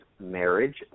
marriage